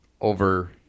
over